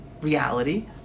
reality